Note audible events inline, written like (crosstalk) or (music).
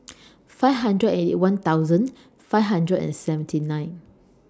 (noise) five hundred and Eighty One thousand five hundred and seventy nine